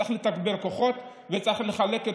צריך לתגבר כוחות וצריך לחלק את